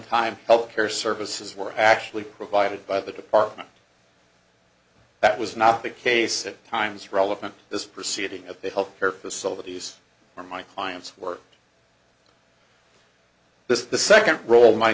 time help care services were actually provided by the department that was not the case at times relevant this proceeding at the health care facilities or my clients work this is the second role my